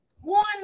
one